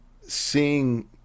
seeing